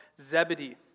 Zebedee